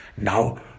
Now